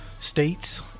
states